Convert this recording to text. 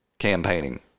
campaigning